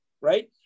right